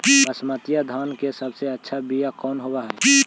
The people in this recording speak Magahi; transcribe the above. बसमतिया धान के सबसे अच्छा बीया कौन हौब हैं?